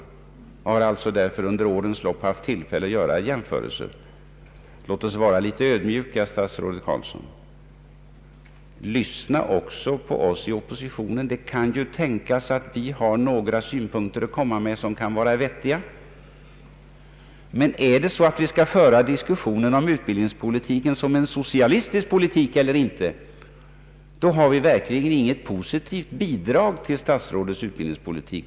Vi bör ha haft tilifälle under årens lopp att göra jämförelser. Låt oss vara litet ödmjuka, statsrådet Carlsson. Lyssna också på oss i oppositionen! Det kan ju tänkas att vi har några vettiga synpunkter att komma med. Men om det är så att man skall föra diskussionen om utbildningspolitiken som en socialistisk sådan eller inte, då har vi verkligen inte något positivt bidrag till statsrådets utbildningspolitik att ge.